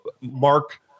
Mark